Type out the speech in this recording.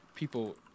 people